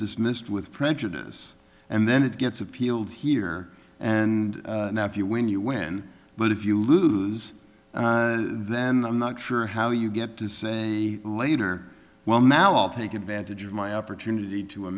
dismissed with prejudice and then it gets appealed here and now if you win you win but if you lose then i'm not sure how you get to say later well now i'll take advantage of my opportunity to a